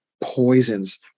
poisons